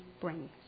brings